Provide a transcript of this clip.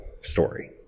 story